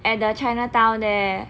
and the chinatown there